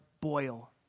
boil